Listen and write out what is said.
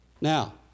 Now